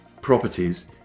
properties